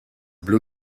blue